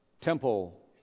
temple